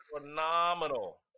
phenomenal